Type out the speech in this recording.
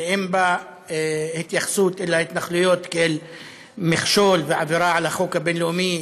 שאין בה התייחסות אל ההתנחלויות כאל מכשול ועבירה על החוק הבין-לאומי,